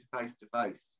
face-to-face